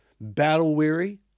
battle-weary